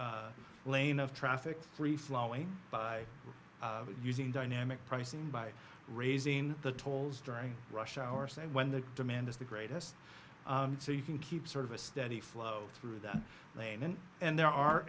a lane of traffic free flowing by using dynamic pricing by raising the tolls during rush hour say when the demand is the greatest so you can keep sort of a steady flow through that lane and there are